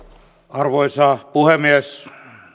arvoisa puhemies